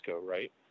right